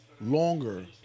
longer